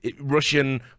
Russian